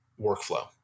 workflow